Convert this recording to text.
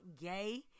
gay